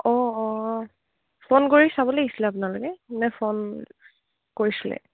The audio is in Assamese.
অঁ অঁ ফোন কৰি চাব লাগিছিলে আপোনালোকে মানে ফোন কৰিছিলে